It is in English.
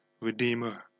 Redeemer